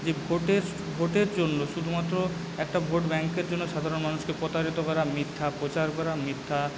যে ভোটের জন্য শুধুমাত্র একটা ভোট ব্যাঙ্কের জন্য সাধারণ মানুষকে প্রতারিত করা মিথ্যা প্রচার করা মিথ্যা